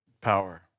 power